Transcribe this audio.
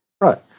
Right